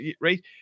right